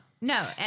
no